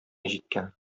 җиткән